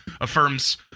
affirms